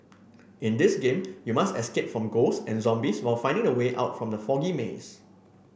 in this game you must escape from ghosts and zombies while finding the way out from the foggy maze